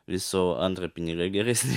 visų antra pinigai geresni